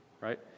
right